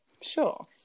sure